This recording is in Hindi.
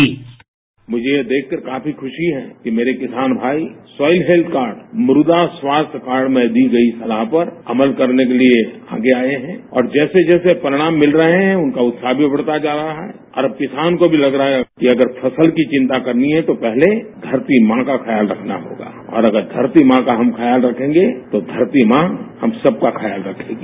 साउंड बाईट मुझे ये देखकर काफी खुशी है कि मेरे किसान भाई सॉइल हैल्थ कार्ड मृदा स्वास्थ्य कार्ड में दी गई सलाह पर अमल करने के लिए आगे आए हैं और जैसे जैसे परिणाम मिल रहे हैं उनका उत्साह भी बढ़ता जा रहा है और अब किसान को भी लग रहा है कि अगर फसल की चिंता करनी है तो पहले धरती मां का ख्याल रखना होगा और अगर धरती मां का हम ख्याल रखेंगे तो धरमी मां हम सबका ख्याल रखेगी